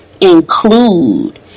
include